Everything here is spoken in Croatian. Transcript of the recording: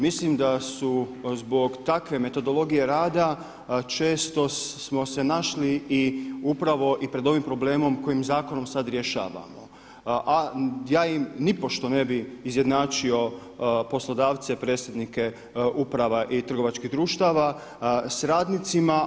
Mislim da su zbog takve metodologije rada često smo se našli upravo i pred ovim problemom kojim zakonom sada rješavamo, a ja im nipošto ne bi izjednačio poslodavce, predsjednike uprava i trgovačkih društava s radnicima.